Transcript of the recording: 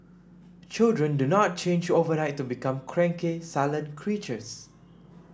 children do not change overnight to become cranky sullen creatures